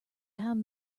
time